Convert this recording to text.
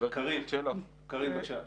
קארין, בבקשה.